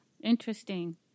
Interesting